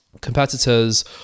competitors